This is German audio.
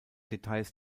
details